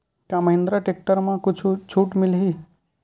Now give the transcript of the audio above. का महिंद्रा टेक्टर म कुछु छुट मिलही?